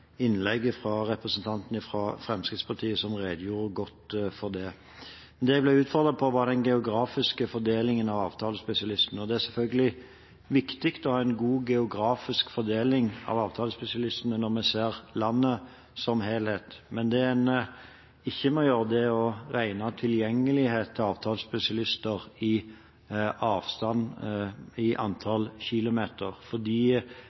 innlegget til representanten fra Fremskrittspartiet, som redegjorde godt for det. Det jeg ble utfordret på, var den geografiske fordelingen av avtalespesialistene. Det er selvfølgelig viktig å ha en god geografisk fordeling av avtalespesialistene når vi ser landet som helhet, men det man ikke må gjøre, er å regne tilgjengelighet til avtalespesialister i avstand i antall kilometer, for